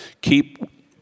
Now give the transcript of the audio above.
Keep